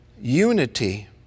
unity